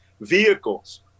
vehicles